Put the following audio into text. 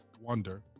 Wonder